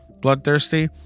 bloodthirsty